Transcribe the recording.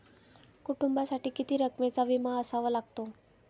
कुटुंबासाठी किती रकमेचा विमा असावा लागतो?